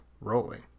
rolling